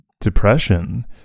depression